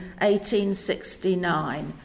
1869